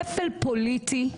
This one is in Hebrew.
שפל פוליטי.